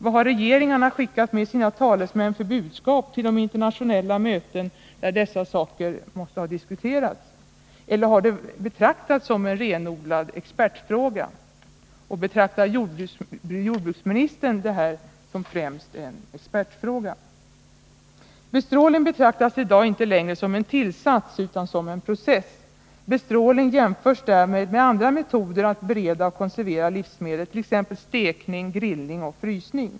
Vad har regeringarna skickat med sina talesmän för budskap till de internationella möten där dessa saker måste ha diskuterats? Eller har detta ansetts vara en renodlad expertfråga? Och betraktar jordbruksministern det som främst en expertfråga? Bestrålning betraktas i dag inte längre som en tillsats, utan som en process. Bestrålning jämförs därmed med andra metoder att bereda och konservera livsmedel, t.ex. stekning, grillning och frysning.